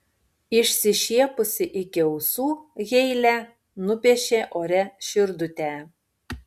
išsišiepusi iki ausų heile nupiešė ore širdutę